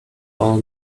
all